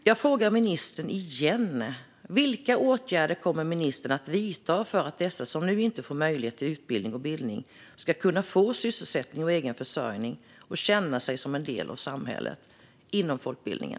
Jag frågar ministern igen: Vilka åtgärder kommer ministern att vidta för att de som nu inte får möjlighet till utbildning och bildning ska kunna få sysselsättning och egen försörjning och känna sig som en del av samhället genom folkbildningen?